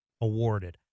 awarded